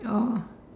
oh